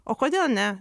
o kodėl ne